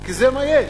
כי זה מה יש.